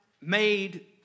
made